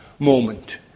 Moment